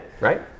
right